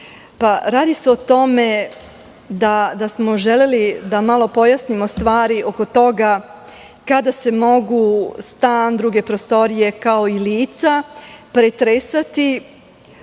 radi se o tome da smo želeli da malo pojasnimo stvari oko toga kada se mogu stan, druge prostorije, kao i lica, pretresati